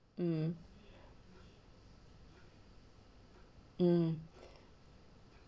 mm mm